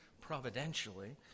providentially